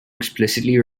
explicitly